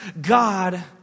God